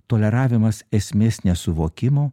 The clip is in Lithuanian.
toleravimas esmės nesuvokimo